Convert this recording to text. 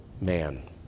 man